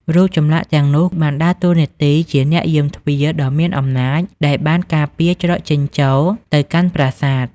រូបចម្លាក់ទាំងនោះបានដើរតួនាទីជាអ្នកយាមទ្វារដ៏មានអំណាចដែលបានការពារច្រកចេញចូលទៅកាន់ប្រាសាទ។